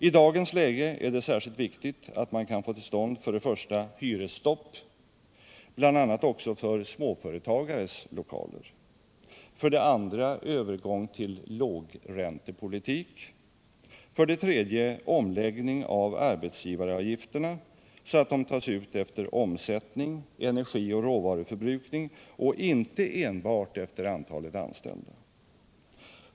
I dagens läge är det särskilt viktigt att man kan få till stånd för det första hyresstopp, bl.a. också för företagares lokaler, för det andra övergång till lågräntepolitik och för det tredje omläggning av arbetsgivaravgifterna, så att de tas ut efter omsättning, energioch råvaruförbrukning och inte enbart efter antalet anställda.